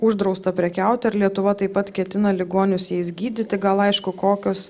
uždrausta prekiauti ar lietuva taip pat ketina ligonius jais gydyti gal aišku kokios